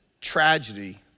tragedy